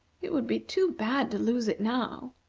it would be too bad to lose it now!